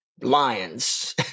lions